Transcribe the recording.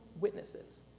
witnesses